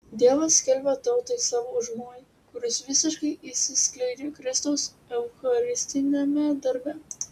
dievas skelbia tautai savo užmojį kuris visiškai išsiskleidžia kristaus eucharistiniame darbe